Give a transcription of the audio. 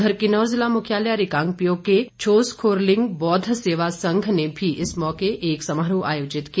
उधर किन्नौर जिला मुख्यालय रिकांगपिओ के छोसखोरलिंग बौद्ध सेवा संघ ने भी इस मौके एक समारोह आयोजित किया